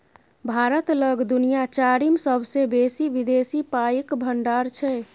भारत लग दुनिया चारिम सेबसे बेसी विदेशी पाइक भंडार छै